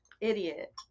Idiot